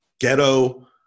ghetto